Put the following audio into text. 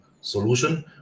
solution